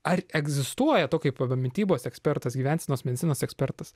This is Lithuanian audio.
ar egzistuoja tu kai va mitybos ekspertas gyvensenos medicinos ekspertas